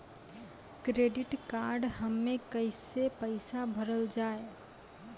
Credit card हम्मे कैसे पैसा भरल जाए?